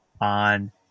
on